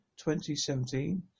2017